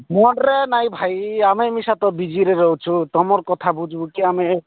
ମୋଡ୍ରେ ନାଇଁ ଭାଇ ଆମେ ମିଶା ତ ବିଜିରେ ରହୁଛୁ ତୁମର କଥା ବୁଝିବୁ କି ଆମେ